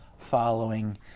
following